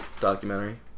documentary